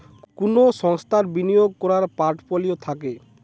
কুনো সংস্থার বিনিয়োগ কোরার পোর্টফোলিও থাকে